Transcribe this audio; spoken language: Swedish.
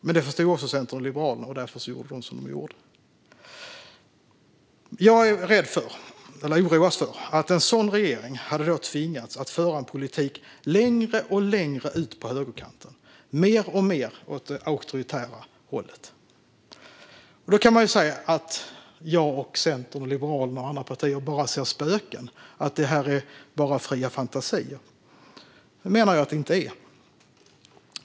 Men även Centern och Liberalerna förstod det, och därför gjorde de som de gjorde. Jag är orolig att en sådan regering skulle ha tvingats föra en politik som hade gått längre och längre ut på högerkanten och lutat mer och mer åt det auktoritära hållet. Man kan ju säga att jag, Centern, Liberalerna och andra partier bara ser spöken och att det bara är fria fantasier, men det menar jag att det inte är.